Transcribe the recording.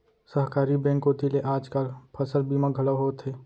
सहकारी बेंक कोती ले आज काल फसल बीमा घलौ होवथे